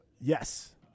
Yes